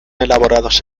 elaborados